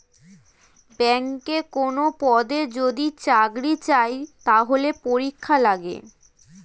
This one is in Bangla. ব্যাংকে কোনো পদে যদি চাকরি চায়, তাহলে পরীক্ষা লাগে